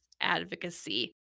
advocacy